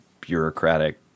bureaucratic